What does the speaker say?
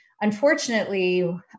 unfortunately